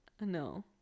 No